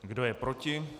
Kdo je proti?